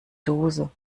dose